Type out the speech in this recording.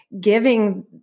giving